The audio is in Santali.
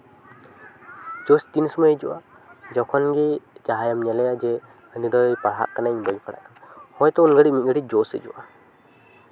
ᱡᱳᱥ ᱛᱤᱱ ᱥᱚᱢᱚᱭ ᱦᱤᱡᱩᱜᱼᱟ ᱡᱚᱠᱷᱚᱱ ᱜᱮ ᱡᱟᱦᱟᱸᱭᱮᱢ ᱧᱮᱞᱮᱭᱟ ᱡᱮ ᱩᱱᱤ ᱫᱚᱭ ᱯᱟᱲᱦᱟᱜ ᱠᱟᱱᱟ ᱤᱧ ᱫᱚ ᱵᱟᱹᱧ ᱯᱟᱲᱦᱟᱜ ᱠᱟᱱᱟ ᱦᱳᱭᱛᱳ ᱩᱱᱜᱷᱟᱹᱲᱤᱡ ᱢᱤᱫ ᱜᱷᱟᱹᱲᱤᱡ ᱡᱳᱥ ᱦᱤᱡᱩᱜᱼᱟ